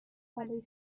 بلایی